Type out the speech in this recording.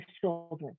children